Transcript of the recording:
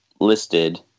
listed